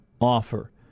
offer